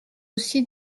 aussi